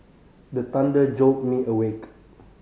the thunder jolt me awake